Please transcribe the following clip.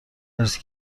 مرسی